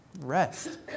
rest